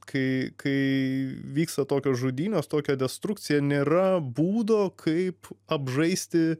kai kai vyksta tokios žudynės tokia destrukcija nėra būdo kaip apžaisti